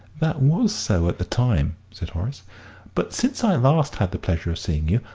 that was so at the time, said horace but since i last had the pleasure of seeing you,